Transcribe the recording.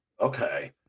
Okay